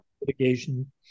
litigation